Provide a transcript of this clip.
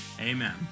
Amen